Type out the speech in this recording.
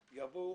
ירים את ידו.